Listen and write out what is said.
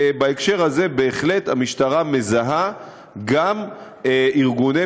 בהקשר הזה בהחלט המשטרה מזהה גם ארגוני